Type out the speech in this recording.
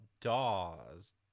DAWs